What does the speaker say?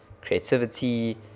creativity